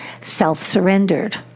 self-surrendered